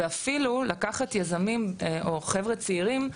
ואפילו לקחת יזמים או חבר'ה צעירים,